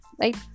Right